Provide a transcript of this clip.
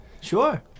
Sure